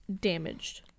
damaged